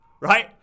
Right